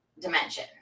dimension